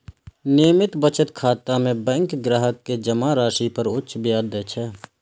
नियमित बचत खाता मे बैंक ग्राहक कें जमा राशि पर उच्च ब्याज दै छै